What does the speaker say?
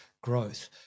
growth